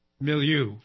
milieu